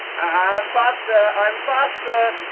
i'm faster, i'm faster!